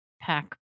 pack